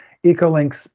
Ecolink's